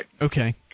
Okay